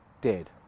dead